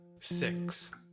six